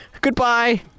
Goodbye